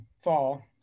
fall